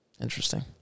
Interesting